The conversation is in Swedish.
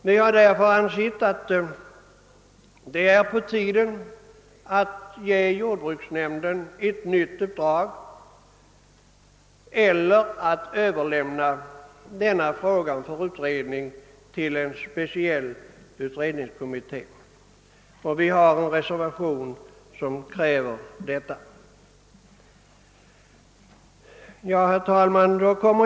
Vi har därför ansett att det är på tiden att ge jordbruksnämnden ett nytt uppdrag eller att överlämna frågan till en speciell utredningskommitté i och för utredning. I en reservation krävs också detta. Herr talman!